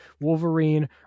Wolverine